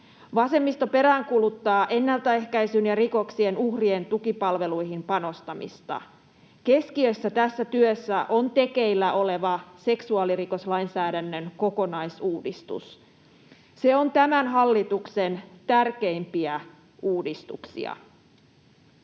Vasemmisto peräänkuuluttaa ennaltaehkäisyn ja rikoksien uhrien tukipalveluihin panostamista. Keskiössä tässä työssä on tekeillä oleva seksuaalirikoslainsäädännön kokonaisuudistus. Se on tämän hallituksen tärkeimpiä uudistuksia,